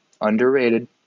Underrated